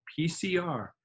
PCR